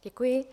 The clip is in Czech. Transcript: Děkuji.